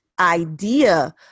idea